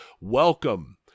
Welcome